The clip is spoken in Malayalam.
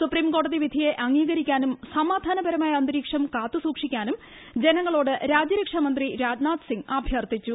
സുപ്രീംകോടതി വിധിയെ അംഗീകരിക്കാനും സമാധാനപരമായ അന്തരീക്ഷം കാത്തുസൂക്ഷിക്കാനും ജനങ്ങളോട് രാജ്യരക്ഷാമന്ത്രി രാജ്നാഥ് സിംഗ് അഭ്യർത്ഥിച്ചു